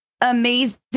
amazing